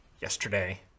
yesterday